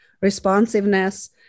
Responsiveness